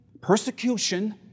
Persecution